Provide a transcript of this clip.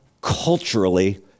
culturally